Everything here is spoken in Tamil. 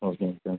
ஓகேங்க சார்